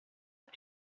auf